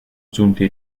giunti